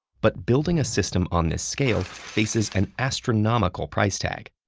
but building a system on this scale faces an astronomical price tag.